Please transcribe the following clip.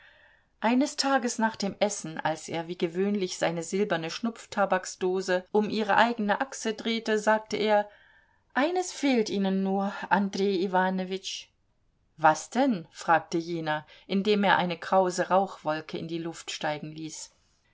eines tages nach dem essen als er wie gewöhnlich seine silberne schnupftabaksdose um ihre eigene achse drehte sagte er eines fehlt ihnen nur andrej iwanowitsch was denn fragte jener indem er eine krause rauchwolke in die luft steigen ließ